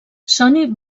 sony